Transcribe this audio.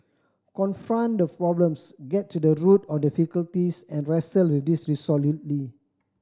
confront the problems get to the root of difficulties and wrestle with these resolutely